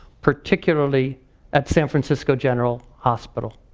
particularly at san francisco general hospital.